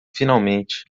finalmente